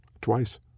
Twice